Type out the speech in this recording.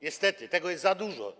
Niestety tego jest za dużo.